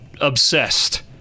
obsessed